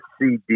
CD